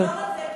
שתחזור על זה,